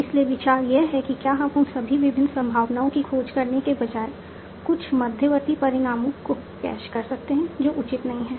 इसलिए विचार यह है कि क्या हम उन सभी विभिन्न संभावनाओं की खोज करने के बजाय कुछ मध्यवर्ती परिणामों को कैश कर सकते हैं जो उचित नहीं हैं